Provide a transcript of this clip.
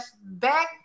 back